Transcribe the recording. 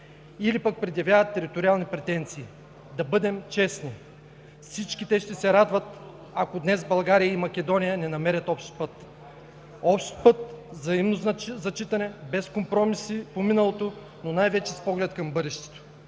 или пък предявяват териториални претенции. Да бъдем честни – всички те ще се радват, ако днес България и Македония не намерят общ път – общ път, взаимно зачитане, без компромиси по миналото, но най-вече с поглед към бъдещето,